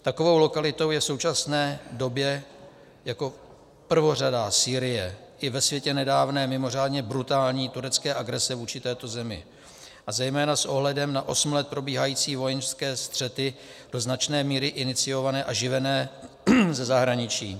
Takovou lokalitou je v současné době jako prvořadá Sýrie, i ve světle nedávné, mimořádně brutální turecké agrese vůči této zemi a zejména s ohledem na osm let probíhající vojenské střety, do značné míry iniciované a živené ze zahraničí.